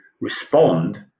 respond